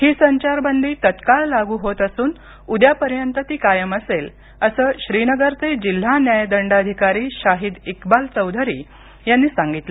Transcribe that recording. ही संचारबंदी तत्काळ लागू होत असून उद्यापर्यंत ती कायम असेल असं श्रीनगरचे जिल्हा न्याय दंडाधिकारी शाहीद इक्बाल चौधरी यांनी सांगितलं